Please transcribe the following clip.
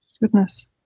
Goodness